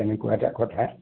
তেনেকুৱা এটা কথা